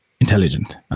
intelligent